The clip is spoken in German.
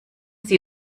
sie